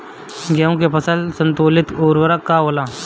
गेहूं के फसल संतुलित उर्वरक का होला?